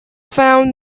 found